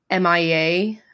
MIA